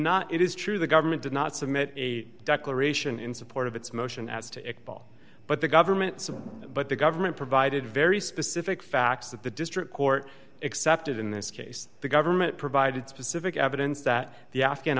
not it is true the government did not submit a declaration in support of its motion as to a ball but the government but the government provided very specific facts that the district court accepted in this case the government provided specific evidence that the afghan